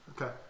Okay